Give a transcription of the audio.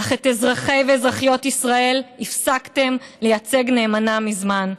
אך את אזרחי ואזרחיות ישראל הפסקתם לייצג נאמנה מזמן.